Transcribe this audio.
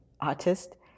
artist